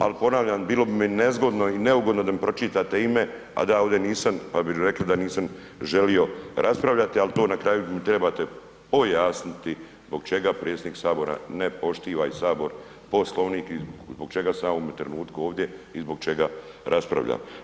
Ali ponavljam, bilo bi mi nezgodno i neugodno da mi pročitate ime, a da ja ovdje nisam pa da bi rekli da nisam želio raspravljati, ali to na kraju mi trebate pojasniti zbog čega predsjednik Sabora ne poštiva i Sabor Poslovnik i zbog čega sam ja u ovome trenutku ovdje i zbog čega raspravljam.